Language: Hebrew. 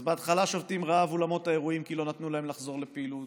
אז בהתחלה שובתים רעב אולמות האירועים כי לא נתנו להם לחזור לפעילות,